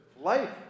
life